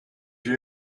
you